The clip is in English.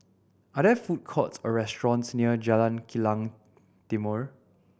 are there food courts or restaurants near Jalan Kilang Timor